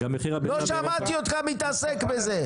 לא שמעתי אותך מתעסק בזה.